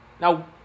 Now